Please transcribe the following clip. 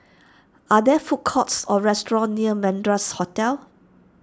are there food courts or restaurants near Madras Hotel